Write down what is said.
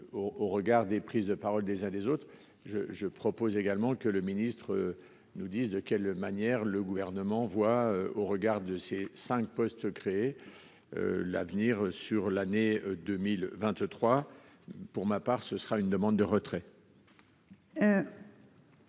au regard des prises de parole des uns des autres. Je je propose également que le ministre nous dise de quelle manière le gouvernement voit au regard de ses 5 postes créés. L'avenir sur l'année 2023. Pour ma part, ce sera une demande de retrait.--